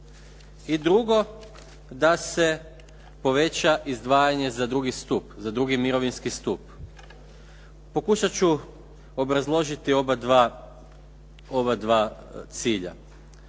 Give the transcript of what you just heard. i drugo, da se poveća izdvajanje za drugi stup, za drugi mirovinski stup. Pokušat ću obrazložiti obadva cilja.